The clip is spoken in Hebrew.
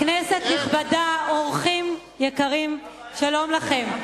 כנסת נכבדה, אורחים יקרים, שלום לכם.